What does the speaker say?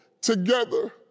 together